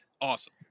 Awesome